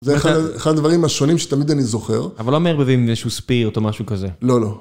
זה אחד הדברים השונים שתמיד אני זוכר. אבל לא מערבבים איזשהו ספירט או משהו כזה. לא, לא.